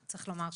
צריך לומר,